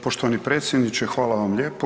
Poštovani predsjedniče hvala vam lijepo.